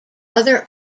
other